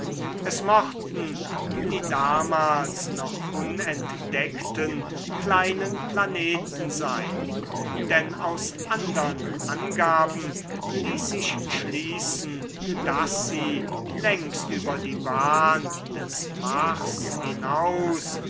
es mochten die damals noch unentdeckten kleinen planeten sein denn aus andern angaben ließ sich schließen daß sie längst über die bahn des mars hinaus